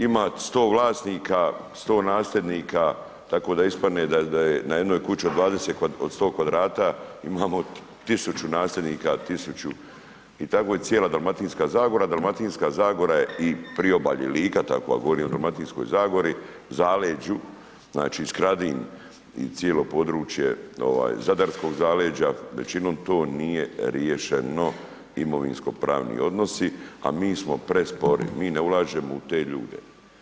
Ima 100 vlasnika, 100 nasljednika, tako da ispadne da je na jednoj kući od 100 kvadrata imamo 1000 nasljednika, 1000 i tako je cijela Dalmatinska zagora, Dalmatinska zagora je i priobalje, Lika, tako, a gore u Dalmatinskoj zagori, zaleđu, znači Skradin i cijelo područje zadarskog zaleđa, većinom to nije riješeno imovinsko pravni odnosi, a mi smo prespori, mi ne ulažemo u te ljude.